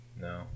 No